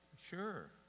Sure